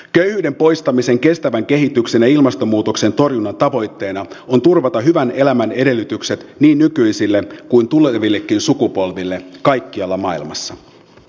köyhyyden poistamisen kestävän kehityksen ja ilmastonmuutoksen torjunnan tavoitteena on turvata hyvän elämän edellytykset niin nykyisille kuin tulevillekin sukupolville kaikkialla maailmassa